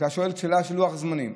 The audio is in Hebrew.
אתה שואל שאלה על לוח זמנים.